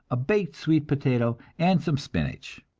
a baked sweet potato and some spinach.